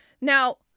Now